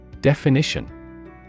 Definition